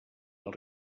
not